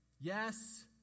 Yes